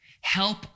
Help